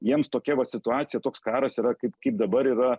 jiems tokia vat situacija toks karas yra kaip kaip dabar yra